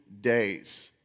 days